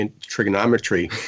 trigonometry